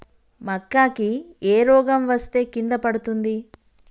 మక్కా కి ఏ రోగం వస్తే కింద పడుతుంది?